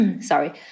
sorry